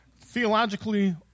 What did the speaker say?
theologically